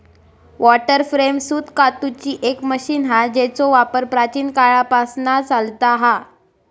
water frame सूत कातूची एक मशीन हा जेचो वापर प्राचीन काळापासना चालता हा